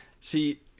see